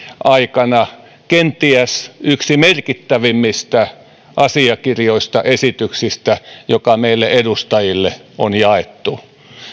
aikana kenties yksi merkittävimmistä asiakirjoista esityksistä joka meille edustajille on jaettu